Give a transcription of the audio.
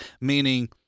meaning